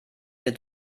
wir